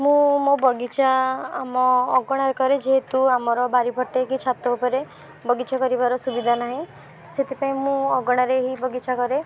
ମୁଁ ମୋ ବଗିଚା ଆମ ଅଗଣାରେ କରେ ଯେହେତୁ ଆମର ବାରି ପଟେ କି ଛାତ ଉପରେ ବଗିଚା କରିବାର ସୁବିଧା ନାହିଁ ସେଥିପାଇଁ ମୁଁ ଅଗଣାରେ ହିଁ ବଗିଚା କରେ